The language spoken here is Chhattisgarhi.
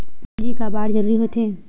पूंजी का बार जरूरी हो थे?